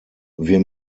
wir